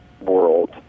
world